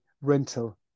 rental